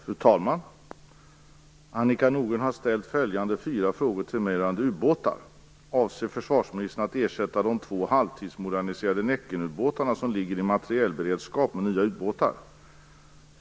Fru talman! Annika Nordgren har ställt följande fyra frågor till mig rörande ubåtar: Avser försvarsministern att ersätta de två halvtidsmoderniserade Näckenubåtar som ligger i materielberedskap med nya ubåtar?